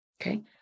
okay